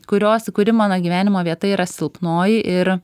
kurios kuri mano gyvenimo vieta yra silpnoji ir